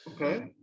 Okay